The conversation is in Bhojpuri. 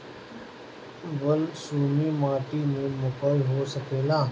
बलसूमी माटी में मकई हो सकेला?